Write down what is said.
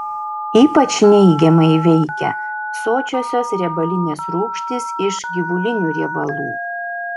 ypač neigiamai veikia sočiosios riebalinės rūgštys iš gyvulinių riebalų